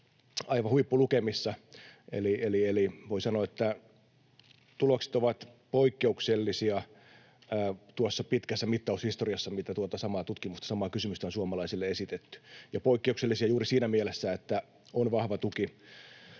aivan huippulukemissa, eli voi sanoa, että tulokset ovat poikkeuksellisia tuossa pitkässä mittaushistoriassa, mitä tuon saman tutkimuksen samaa kysymystä on suomalaisille esitetty, ja poikkeuksellisia juuri siinä mielessä, että on vahva tuki